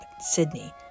Sydney